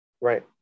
right